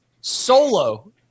solo